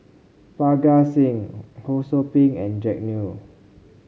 Parga Singh Ho Sou Ping and Jack Neo